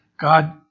God